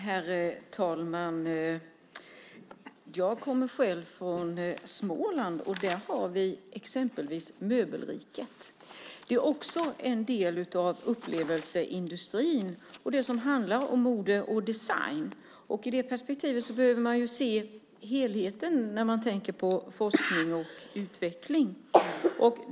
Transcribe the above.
Herr talman! Jag kommer själv från Småland. Där har vi exempelvis Möbelriket. Det är också en del av upplevelseindustrin, och det som handlar om mode och design. I det perspektivet behöver man se helheten, när man tänker på forskning och utveckling.